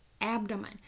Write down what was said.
abdomen